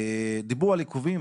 דיברו על עיכובים.